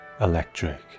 Electric